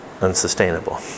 unsustainable